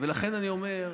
ולכן אני אומר,